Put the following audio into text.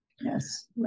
Yes